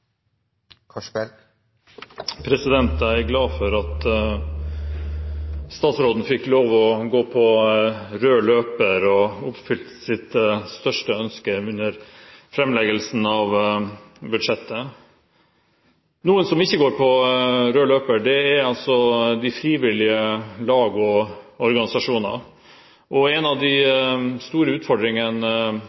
glad for at statsråden fikk gå på rød løper – og oppfylt sitt største ønske – under fremleggelsen av budsjettet. Noen som ikke går på rød løper, er de frivillige lag og organisasjoner. En av de store utfordringene